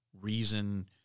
reason